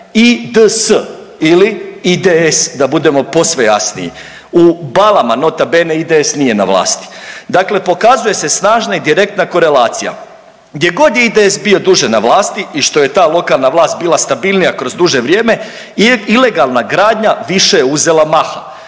IDS ili IDEES da budemo posve jasniji. U Balama nota bene IDS nije na vlasti. Dakle pokazuje se snažna i direktna korelacija. Gdje god je IDS bio duže na vlasti i što je ta lokalna vlast bila stabilnija kroz duže vrijeme ilegalna gradnja više je uzela maha.